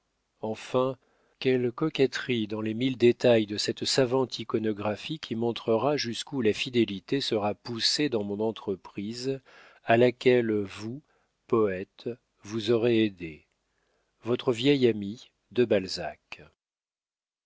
enfin quelle coquetterie dans les mille détails de cette savante iconographie qui montrera jusqu'où la fidélité sera poussée dans mon entreprise à laquelle vous poète vous aurez aidé votre vieil ami de balzac